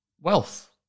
wealth